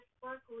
sparkly